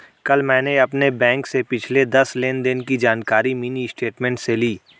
कल मैंने अपने बैंक से पिछले दस लेनदेन की जानकारी मिनी स्टेटमेंट से ली